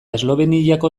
esloveniako